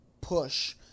push